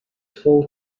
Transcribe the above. full